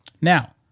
now